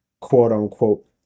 quote-unquote